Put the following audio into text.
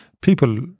People